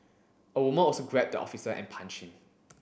a woman also grabbed the officer and punched him